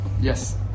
Yes